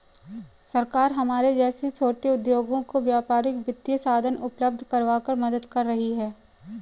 सरकार हमारे जैसे छोटे उद्योगों को व्यापारिक वित्तीय साधन उपल्ब्ध करवाकर मदद कर रही है